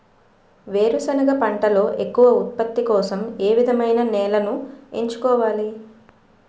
వేరుసెనగ పంటలో ఎక్కువ ఉత్పత్తి కోసం ఏ విధమైన నేలను ఎంచుకోవాలి?